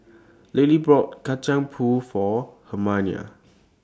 Lilie bought Kacang Pool For Hermina